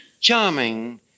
charming